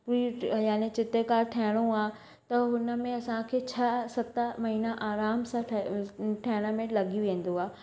यानि चित्रकार ठहणो आहे त हुन में असां खे छह सत महीना आराम सां ठहण में लॻी वेंदो आहे